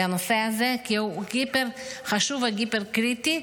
לנושא הזה, כי הוא היפר-חשוב והיפר-קריטי,